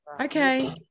Okay